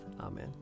Amen